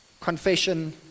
confession